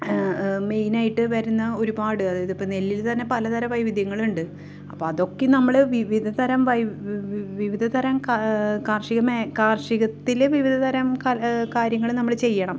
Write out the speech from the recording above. മെയിനായിട്ട് വരുന്ന ഒരുപാട് അതായതിപ്പോൾ നെല്ലിൽ തന്നെ പലതര വൈവിധ്യങ്ങളുണ്ട് അപ്പോൾ അതൊക്കെ നമ്മൾ വിവിധ തരം വൈ വിവിധ തരം കാർഷിക മേ കാർഷികത്തിൽ വിവിധ തരം ക കാര്യങ്ങൾ നമ്മൾ ചെയ്യണം